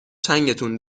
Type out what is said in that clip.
چنگتون